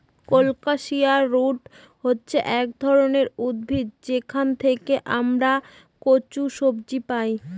colocasia root হচ্ছে এক ধরনের উদ্ভিদ যেখান থেকে আমরা কচু সবজি পাই